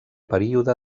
període